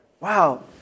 Wow